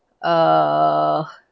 uh